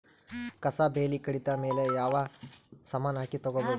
ಕಸಾ ಬೇಲಿ ಕಡಿತ ಮೇಲೆ ಯಾವ ಸಮಾನ ಹಾಕಿ ತಗಿಬೊದ?